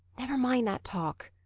never mind that talk.